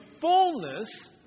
fullness